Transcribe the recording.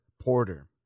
Porter